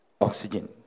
Oxygen